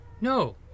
No